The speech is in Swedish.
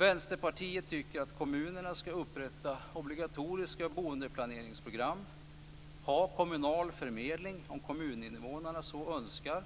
Vänsterpartiet tycker att kommunerna skall upprätta obligatoriska boendeplaneringsprogram och skall ha kommunal förmedling, om kommuninvånarna så önskar,